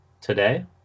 today